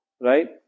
Right